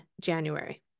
January